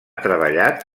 treballat